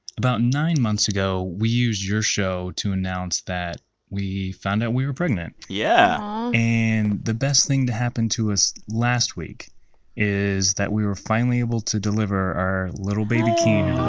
about nine months ago, we used your show to announce that we found out we were pregnant yeah and the best thing to happen to us last week is that we were finally able to deliver our little baby keene